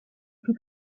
would